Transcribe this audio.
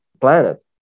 planet